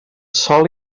sòl